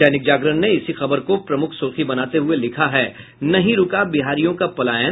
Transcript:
दैनिक जागरण ने इसी खबर को प्रमुख सुर्खी बनाते हुये लिखा है नहीं रूका बिहारियों का पलायन